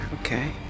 okay